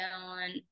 on